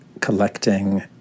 collecting